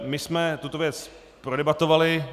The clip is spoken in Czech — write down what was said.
My jsme tuto věc prodebatovali.